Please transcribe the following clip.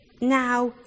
now